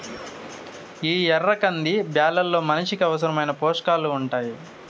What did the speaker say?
ఈ ఎర్ర కంది బ్యాళ్ళలో మనిషికి అవసరమైన పోషకాలు ఉంటాయి